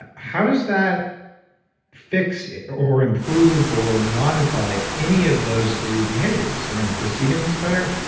ah how does that fix or improve or modify any of those three behaviors around perceiving things better,